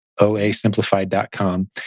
OASimplified.com